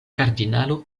kardinalo